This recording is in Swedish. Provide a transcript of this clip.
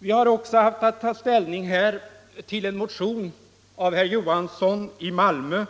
Vi har också haft att ta ställning till en motion av herr Johansson i Malmö